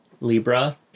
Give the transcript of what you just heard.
Libra